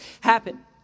happen